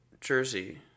Jersey